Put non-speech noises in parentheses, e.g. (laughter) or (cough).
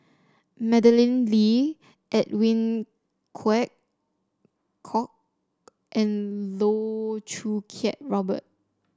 Madeleine Lee Edwin (unintelligible) Koek and Loh Choo Kiat Robert